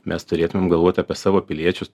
mes turėtumėm galvot apie savo piliečius